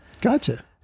Gotcha